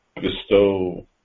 bestow